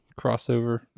crossover